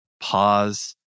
pause